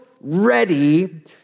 ready